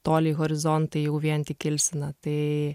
toliai horizontai jau vien tik ilsina tai